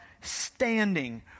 standing